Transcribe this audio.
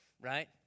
right